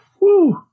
Woo